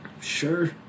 sure